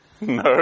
No